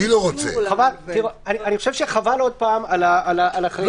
אני חושב שחבל להתעכב עוד פעם על החלק הזה.